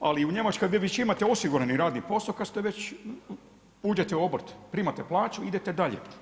ali u Njemačkoj vi već imate osiguran posao kada ste već uđete u obrt, primate plaću i idete dalje.